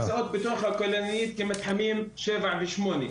הן נמצאות בתוך התכנית הכוללנית כמתחמים שבע ושמונה,